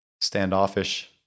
standoffish